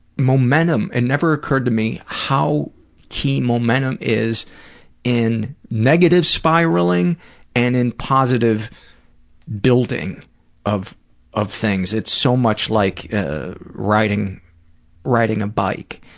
momentum it never occurred to me how key momentum is in negative spiraling and in positive building of of things. it's so much like ah riding riding a bike.